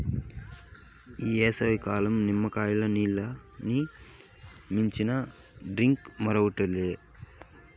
ఈ ఏసంకాలంల నిమ్మకాయ నీల్లని మించిన డ్రింక్ మరోటి లే